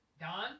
Don